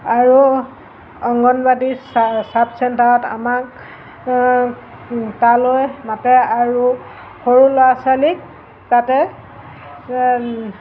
আৰু অংগনবাদী চাব চেণ্টাৰত আমাক তালৈ মাতে আৰু সৰু ল'ৰা ছোৱালীক তাতে